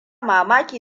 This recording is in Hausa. mamaki